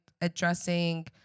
addressing